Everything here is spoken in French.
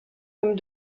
comme